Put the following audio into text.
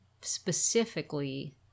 specifically